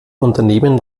unternehmen